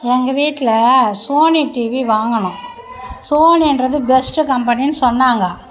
எங்கள் வீட்டில் Sony TV வாங்கினோம் சோனின்றது பெஸ்ட்டு கம்பெனின்னு சொன்னாங்க